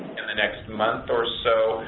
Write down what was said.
the next month or so,